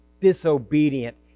disobedient